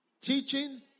teaching